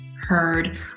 heard